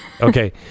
Okay